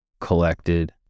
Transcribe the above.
collected